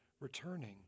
returning